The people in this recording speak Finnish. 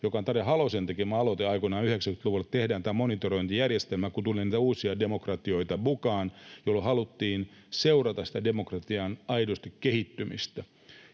joka on Tarja Halosen tekemä aloite aikoinaan 90-luvulta, että tehdään monitorointijärjestelmä, kun tulee uusia demokratioita mukaan, jolloin haluttiin seurata sitä demokratian aitoa kehittymistä.